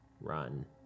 run